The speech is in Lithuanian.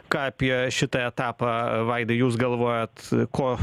ką apie šitą etapą vaidai jūs galvojat ko